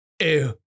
Ew